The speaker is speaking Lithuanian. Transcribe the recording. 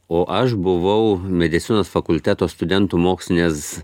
o aš buvau medicinos fakulteto studentų mokslinės